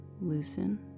loosen